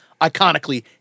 iconically